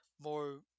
more